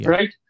Right